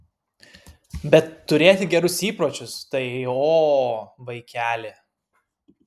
bet turėti gerus įpročius tai o vaikeli